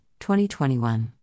2021